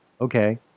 Okay